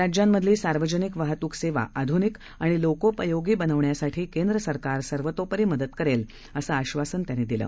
राज्यांमधली सार्वजनिक वाहतूक सेवा आधुनिक आणि लोकोपयोगी बनवण्यासाठी केंद्र सरकार सर्वतोपरी मदत करेल असे आधासनही त्यांनी दिलं